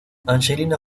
angelina